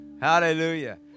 hallelujah